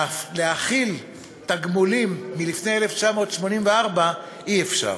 להחיל תגמולים מלפני 1984 אי-אפשר.